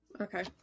Okay